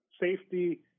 Safety